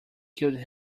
killed